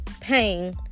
pain